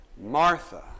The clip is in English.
Martha